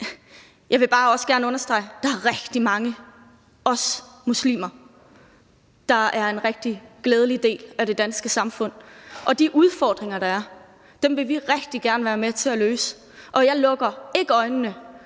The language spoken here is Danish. Jeg vil bare også gerne understrege, at der er rigtig mange, også muslimer, der er en rigtig positiv del af det danske samfund, og de udfordringer, der er, vil vi rigtig gerne være med til at løse. Og jeg lukker ikke øjnene